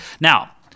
Now